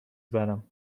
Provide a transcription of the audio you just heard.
برم